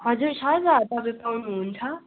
हजुर छ त तपाईँ पाउनु हुन्छ